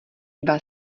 dva